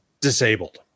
disabled